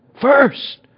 First